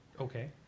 Okay